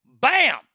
Bam